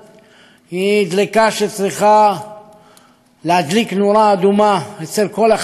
היא דלקה שצריכה להדליק נורה אדומה אצל כל אחד מהיושבים כאן.